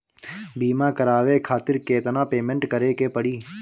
बीमा करावे खातिर केतना पेमेंट करे के पड़ी?